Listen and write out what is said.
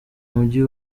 mujyi